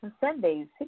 Sundays